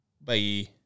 Bye